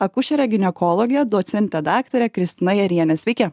akušere ginekologe docente daktare kristina jariene sveiki